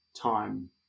time